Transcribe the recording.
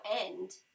end